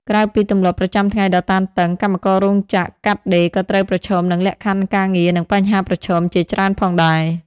ក្រៅពីទម្លាប់ប្រចាំថ្ងៃដ៏តានតឹង កម្មកររោងចក្រកាត់ដេរក៏ត្រូវប្រឈមនឹង លក្ខខណ្ឌការងារ និងបញ្ហាប្រឈម ជាច្រើនផងដែរ។